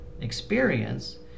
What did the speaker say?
experience